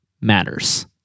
matters